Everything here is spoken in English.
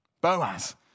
Boaz